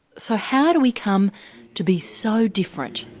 so how do we come to be so different?